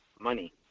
money